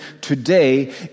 today